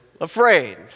afraid